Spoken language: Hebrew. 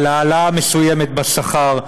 העלאה מסוימת בשכר,